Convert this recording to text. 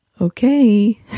okay